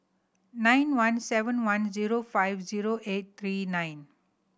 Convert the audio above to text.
nine one seven one zero five zero eight three nine